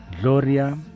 Gloria